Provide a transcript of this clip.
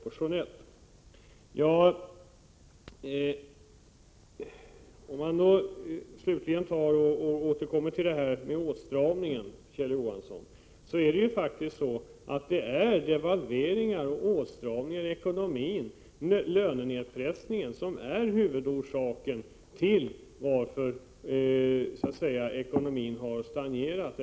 Beträffande åtstramningen, Kjell Johansson, är det faktiskt så att det är devalveringar och åtstramningar i ekonomin som lett till den lönenedpressning som är huvudorsaken till att ekonomin stagnerat.